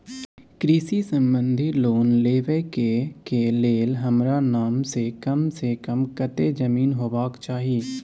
कृषि संबंधी लोन लेबै के के लेल हमरा नाम से कम से कम कत्ते जमीन होबाक चाही?